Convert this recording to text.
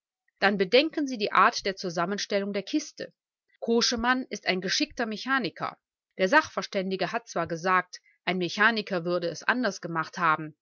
dann bedenken sie die art der zusammenstellung der kiste koschemann ist ein geschickter mechaniker der sachverständige hat zwar gesagt ein mechaniker würde es anders gemacht haben